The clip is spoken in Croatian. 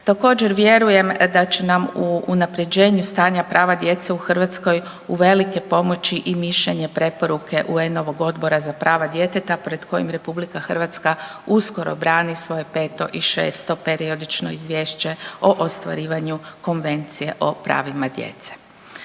Također, vjerujem da će nam u unaprjeđenju stanja prava djece u Hrvatskoj uvelike pomoći i mišljenje i preporuke UN-ovog Odbora za prava djeteta pred kojim RH uskoro brani svoje 5. i 6. Periodično izvješće o ostvarivanja Konvencije o pravima djece.